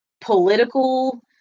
political